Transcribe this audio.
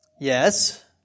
yes